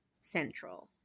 central